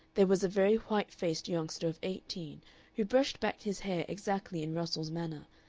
there was a very white-faced youngster of eighteen who brushed back his hair exactly in russell's manner,